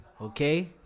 Okay